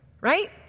right